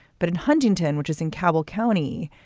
but in huntington, which is in kabul county,